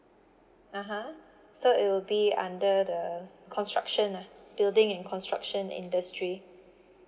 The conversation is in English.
(uh huh) so it will be under the construction lah building and construction industry